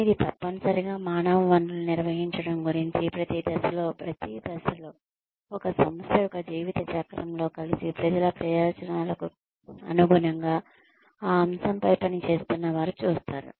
కానీ ఇది తప్పనిసరిగా మానవ వనరులను నిర్వహించడం గురించి ప్రతి దశలో ప్రతి దశలో ఒక సంస్థ యొక్క జీవిత చక్రంలో కలిసి ప్రజల ప్రయోజనాలకు అనుగుణంగా ఆ అంశంపై పనిచేస్తున్న వారు చూస్తారు